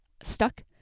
stuck